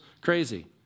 crazy